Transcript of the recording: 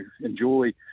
enjoy